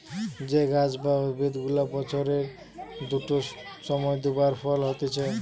যে গাছ বা উদ্ভিদ গুলা বছরের দুটো সময় দু বার ফল হতিছে